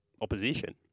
opposition